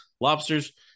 lobsters